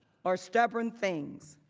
are stubborn things.